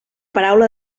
paraula